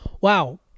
Wow